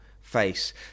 face